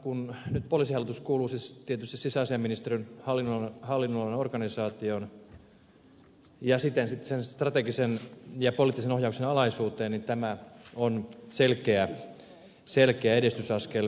kun poliisihallitus nyt siis kuuluu tietysti sisäasiainministeriön hallinnonalan organisaatioon ja siten sen strategisen ja poliittisen ohjauksen alaisuuteen on tämä selkeä edistysaskel